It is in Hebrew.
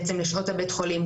בעצם לשעות הבית החולים,